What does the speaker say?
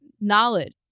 knowledge